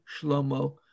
Shlomo